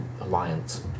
alliance